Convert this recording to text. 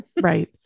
Right